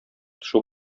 төшү